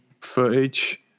footage